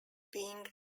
being